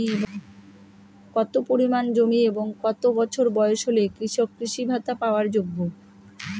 কত পরিমাণ জমি এবং কত বছর বয়স হলে কৃষক কৃষি ভাতা পাওয়ার যোগ্য?